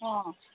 অঁ